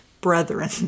brethren